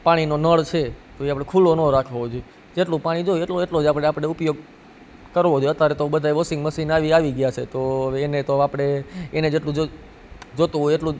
પાણીનો નળ છે તો ઈ આપણે ખુલ્લો ના રાખવો જોઈ જેટલું પાણી જોઈ એટલો જ આપણે ઉપયોગ કરવો જોએ અતારે તો બધાય વોશિંગ મશીન આવી આવી ગ્યાં છે તો હવે એને તો આપણે એને જેટલું જોતું હોય એટલું જ